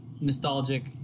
nostalgic